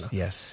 yes